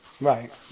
Right